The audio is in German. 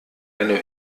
eine